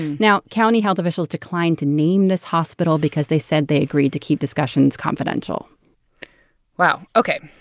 now, county health officials declined to name this hospital because they said they agreed to keep discussions confidential wow. ok,